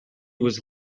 was